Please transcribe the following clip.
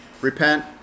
repent